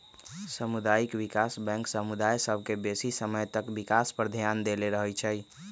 सामुदायिक विकास बैंक समुदाय सभ के बेशी समय तक विकास पर ध्यान देले रहइ छइ